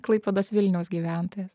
klaipėdos vilniaus gyventojas